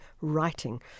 writing